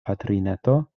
patrineto